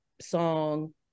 song